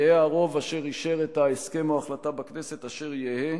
יהא הרוב אשר אישר את ההסכם או ההחלטה בכנסת אשר יהא,